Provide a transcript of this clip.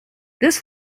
this